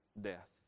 death